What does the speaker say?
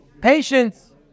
patience